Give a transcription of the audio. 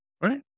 right